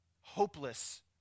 hopeless